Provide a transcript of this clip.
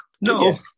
No